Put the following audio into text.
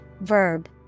verb